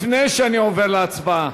לפני שאני עובר להצבעה,